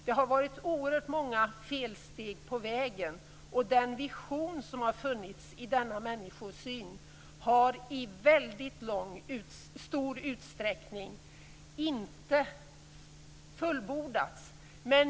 Det har gjorts oerhört många felsteg på vägen, och den vision som har funnits när det gäller denna människosyn har inte fullbordats.